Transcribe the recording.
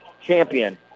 champion